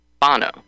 Bono